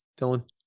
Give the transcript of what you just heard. Dylan